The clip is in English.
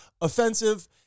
offensive